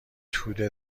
توده